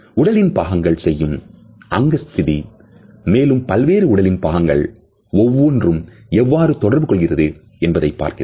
உடலின் பாகங்கள் செய்யும் அங்கஸ்திதி மேலும் பல்வேறு உடலின் பாகங்கள் ஒவ்வொன்றும் எவ்வாறு தொடர்பு கொள்கிறது என்பதை பார்க்கிறது